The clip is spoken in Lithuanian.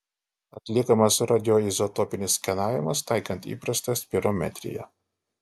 atliekamas radioizotopinis skenavimas taikant įprastą spirometriją